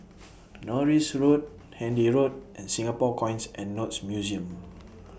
Norris Road Handy Road and Singapore Coins and Notes Museum